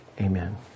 Amen